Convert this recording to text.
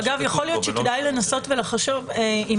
ולא --- יכול להיות שכדאי לנסות ולחשוב אם